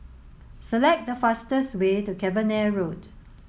Select the fastest way to Cavenagh Road